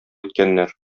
иткәннәр